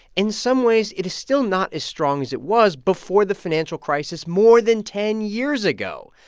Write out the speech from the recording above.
in some ways, it is still not as strong as it was before the financial crisis more than ten years ago.